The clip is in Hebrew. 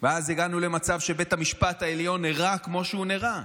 ואז הגענו למצב שבית המשפט העליון נראה כמו שהוא נראה,